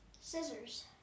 Scissors